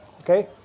Okay